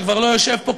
שכבר לא יושב פה,